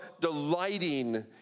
delighting